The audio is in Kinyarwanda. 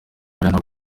nkorera